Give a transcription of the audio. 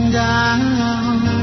down